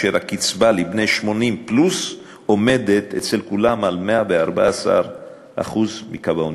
והקצבה לבני 80 פלוס עומדת אצל כולם על 114% מקו העוני,